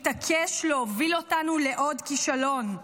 מתעקש להוביל אותנו לעוד כישלון.